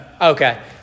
Okay